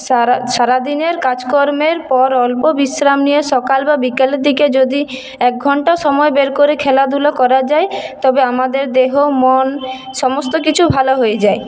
সারা সারা দিনের কাজকর্মের পর অল্প বিশ্রাম নিয়ে সকাল বা বিকেলের দিকে যদি এক ঘণ্টা সময় বের করে খেলাধুলো করা যায় তবে আমাদের দেহ মন সমস্ত কিছু ভালো হয়ে যায়